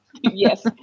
Yes